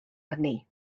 arni